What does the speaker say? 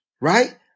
Right